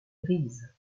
grise